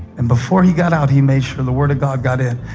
and before he got out, he made sure the word of god got in.